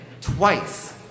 twice